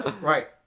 Right